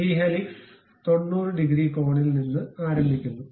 ഈ helix 90 degree കോണിൽ നിന്ന് ആരംഭിക്കുന്നു